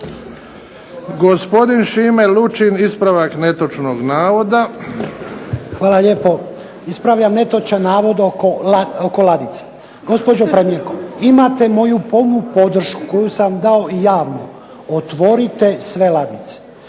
Gospodin Šime Lučin, ispravak netočnog navoda. **Lučin, Šime (SDP)** Hvala lijepo. Ispravljam netočan navod oko ladice. Gospođo premijerko imate moju punu podršku koju sam dao i javno otvorite sve ladice.